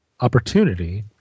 opportunity